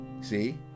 See